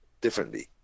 differently